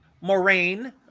Moraine